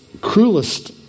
cruelest